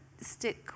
stick